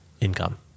income